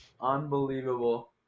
Unbelievable